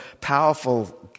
powerful